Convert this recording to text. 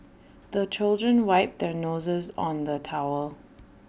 the children wipe their noses on the towel